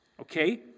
okay